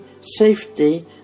safety